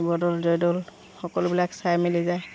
শিৱদৌল জয়দৌল সকলোবিলাক চাই মেলি যায়